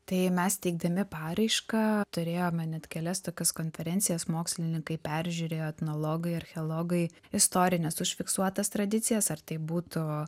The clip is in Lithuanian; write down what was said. tai mes teikdami paraišką turėjome net kelias tokias konferencijas mokslininkai peržiūrėjo etnologai archeologai istorines užfiksuotas tradicijas ar tai būtų